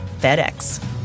FedEx